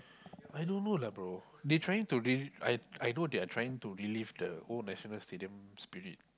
I don't know lah bro they trying to relive I I know they are trying to relive the old National Stadium spirit